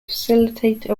facilitate